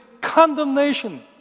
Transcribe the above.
condemnation